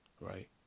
right